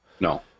no